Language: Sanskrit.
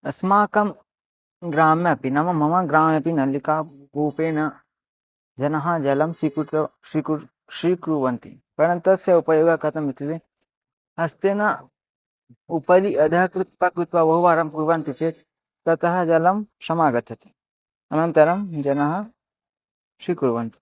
अस्माकं ग्रामे अपि नाम मम ग्रामे अपि नलिका कूपेन जनः जलं स्वीकृत्य श्वीकुर् स्वीकुर्वन्ति परं तस्य उपयोगः कथम् इत्युक्ते हस्तेन उपरि अधः कृत्वा कृत्वा बहुवारं कुर्वन्ति चेत् ततः जलं समागच्छति अनन्तरं जनाः स्वीकुर्वन्ति